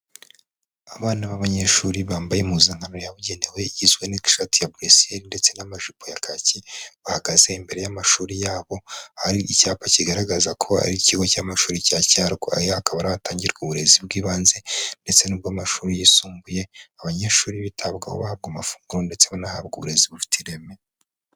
Abana b'abanyeshuri bambaye impuzankano yabugenewe igizwe'ishati ya buresiyeli ndetse n'amajipo ya kaki bahagaze imbere y'amashuri yabo hari icyapa kigaragaza ko ari ikigo cy'amashuri cya Cyarwa. Aya akaba hatangirwa uburezi bw'ibanze ndetse n'ubw'amashuri y'isumbuye abanyeshuri bitabwaho bahabwa amafunguro ndetse banahabwe uburezi bufite ireme.